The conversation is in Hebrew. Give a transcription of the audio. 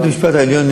בית-המשפט העליון,